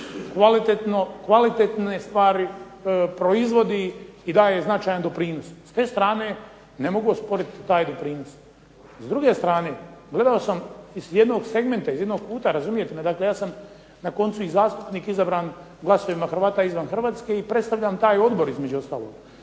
kvalitetne stvari, proizvodi i daje značajan doprinos. S te strane ne mogu osporiti taj doprinos. S druge strane, gledao sam iz jednog segmenta, iz jednog kuta razumijete, dakle ja sam na koncu i zastupnik izabran glasovima Hrvata izvan Hrvatske i predstavljam taj odbor između ostaloga.